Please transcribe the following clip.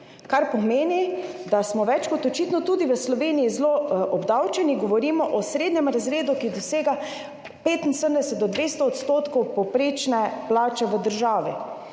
kar pomeni, da smo več kot očitno tudi v Sloveniji zelo obdavčeni, govorimo o srednjem razredu, ki dosega 75 do 200 % povprečne plače v državi.